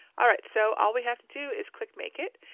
all right, so, all we have to do is click make it.